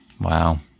Wow